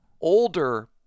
older